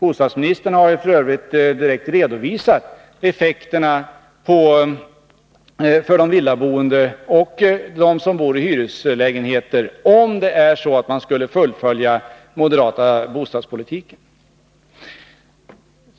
Bostadsministern har f. ö. direkt redovisat effekterna för de villaboende och dem som bor i hyreslägenheter, om man skulle fullfölja den moderata bostadspolitiken.